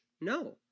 No